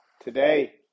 Today